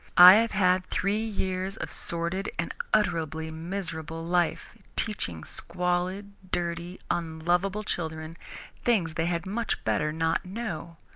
i have had three years of sordid and utterly miserable life, teaching squalid, dirty, unlovable children things they had much better not know.